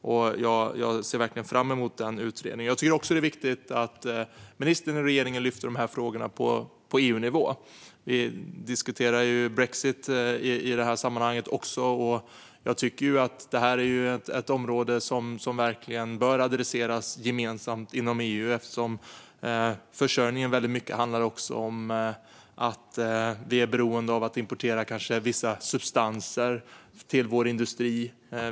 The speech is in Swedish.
Jag ser verkligen fram emot utredningen. Det är också viktigt att ministern och regeringen lyfter fram de här frågorna på EU-nivå. Vi diskuterar i det här sammanhanget brexit. Detta är ett område som verkligen bör adresseras gemensamt inom EU. Försörjningen handlar väldigt mycket om att vi är beroende av att kanske importera vissa substanser till vår industri.